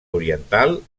oriental